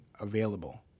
available